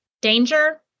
danger